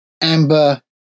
amber